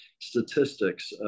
statistics